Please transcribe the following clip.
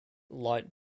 light